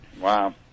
wow